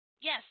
Yes